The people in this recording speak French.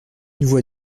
voie